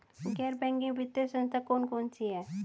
गैर बैंकिंग वित्तीय संस्था कौन कौन सी हैं?